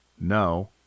No